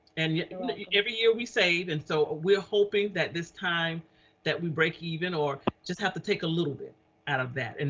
and yet every year we save. and so we're hoping that this time that we break even, or just have to take a little bit out of that, and